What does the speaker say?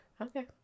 okay